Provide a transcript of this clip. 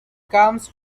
comes